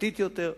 דתית יותר?